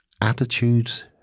attitudes